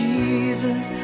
Jesus